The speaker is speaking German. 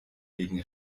wegen